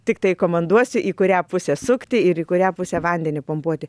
tiktai komanduosiu į kurią pusę sukti ir į kurią pusę vandenį pumpuoti